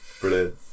Brilliant